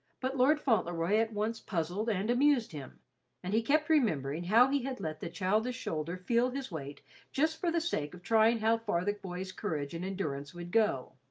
but lord fauntleroy at once puzzled and amused him and he kept remembering how he had let the childish shoulder feel his weight just for the sake of trying how far the boy's courage and endurance would go,